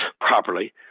properly